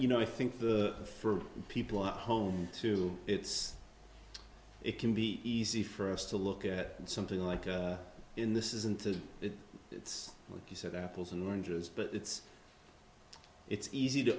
you know i think the for people at home too it's it can be easy for us to look at something like in this isn't as if it's like you said apples and oranges but it's it's easy to